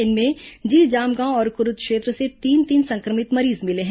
इनमें जी जामगांव और कुरूद क्षेत्र से तीन तीन संक्रमित मरीज मिले हैं